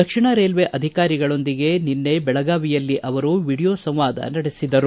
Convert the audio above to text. ದಕ್ಷಿಣ railway ಅಧಿಕಾರಿಗಳೊಂದಿಗೆ ನಿನ್ನೆ ಬೆಳಗಾವಿಯಲ್ಲಿ ಅವರು ವಿಡಿಯೋ ಸಂವಾದ ನಡೆಸಿದರು